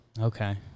Okay